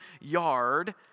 yard